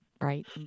right